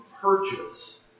purchase